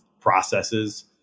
processes